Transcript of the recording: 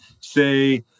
say